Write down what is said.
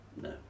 no